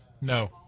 No